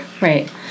Right